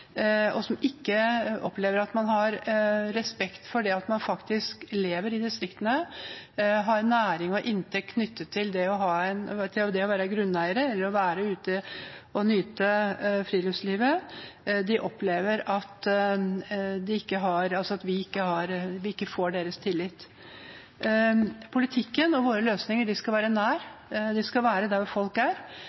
og som ikke opplever at man har respekt for det at man faktisk lever i distriktene, har en næring og inntekt knyttet til det å være grunneiere, eller er ute og nyter friluftslivet – vi får ikke deres tillit. Politikken og våre løsninger skal være nær folk, de skal være der hvor folk er.